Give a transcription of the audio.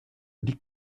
die